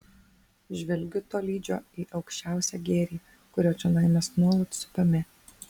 žvelgiu tolydžio į aukščiausią gėrį kurio čionai mes nuolat supami